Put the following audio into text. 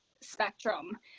spectrum